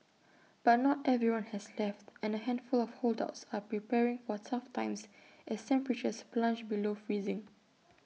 but not everyone has left and A handful of holdouts are preparing for tough times as temperatures plunge below freezing